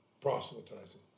proselytizing